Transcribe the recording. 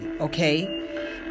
okay